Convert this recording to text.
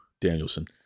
Danielson